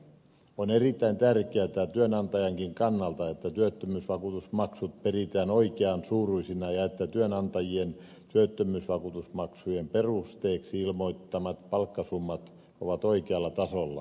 on erittäin tärkeätä työnantajankin kannalta että työttömyysvakuutusmaksut peritään oikean suuruisina ja että työnantajien työttömyysvakuutusmaksujen perusteeksi ilmoittamat palkkasummat ovat oikealla tasolla